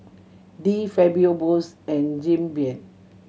De Fabio Bose and Jim Beam